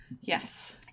Yes